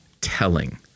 telling